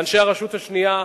לאנשי הרשות השנייה,